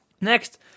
Next